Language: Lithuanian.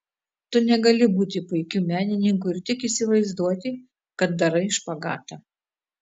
tu negali būti puikiu menininku ir tik įsivaizduoti kad darai špagatą